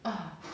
ugh